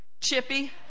Chippy